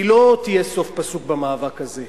היא לא תהיה סוף פסוק במאבק הזה,